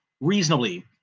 reasonably